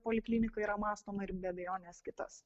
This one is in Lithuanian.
poliklinika yra mąstoma ir be abejonės kitas